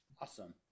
awesome